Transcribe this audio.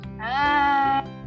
Hi